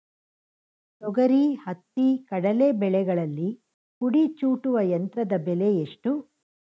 ತೊಗರಿ, ಹತ್ತಿ, ಕಡಲೆ ಬೆಳೆಗಳಲ್ಲಿ ಕುಡಿ ಚೂಟುವ ಯಂತ್ರದ ಬೆಲೆ ಎಷ್ಟು?